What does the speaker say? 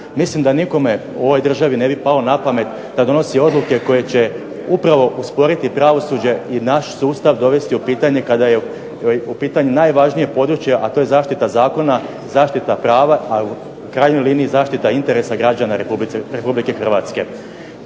Mislim da nikome u ovoj državi ne bi palo napamet da donosi odluke koje će upravo usporiti pravosuđe i naš sustav dovesti u pitanje kada je u pitanju najvažnije područje, a to je zaštita zakona, zaštita prava, a u krajnjoj liniji i zaštita interesa građana RH. Ovdje se